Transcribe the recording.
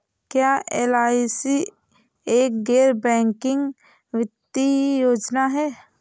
क्या एल.आई.सी एक गैर बैंकिंग वित्तीय योजना है?